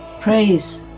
praise